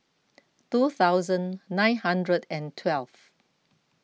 two thousand nine hundred and twelve